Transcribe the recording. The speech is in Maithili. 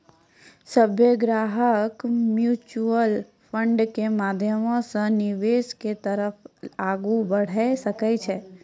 सभ्भे ग्राहक म्युचुअल फंडो के माध्यमो से निवेश के तरफ आगू बढ़ै सकै छै